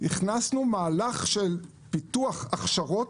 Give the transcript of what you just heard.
ולכן הכנסנו מהלך של פיתוח הכשרות.